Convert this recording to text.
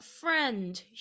friend